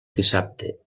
dissabte